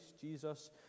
Jesus